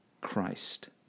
Christ